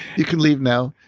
you can leave now.